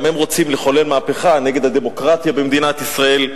גם הם רוצים לחולל מהפכה נגד הדמוקרטיה במדינת ישראל,